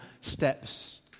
steps